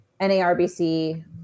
NARBC